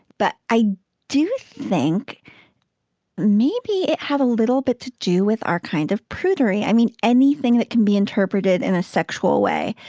but i do think maybe it had a little bit to do with our kind of prudery i mean, anything that can be interpreted in a sexual way.